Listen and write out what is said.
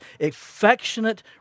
affectionate